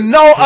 no